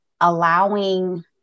allowing